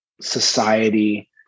society